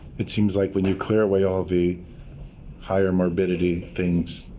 it seems like when you clear away all of the higher morbidity things,